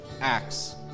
Acts